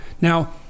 Now